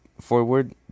forward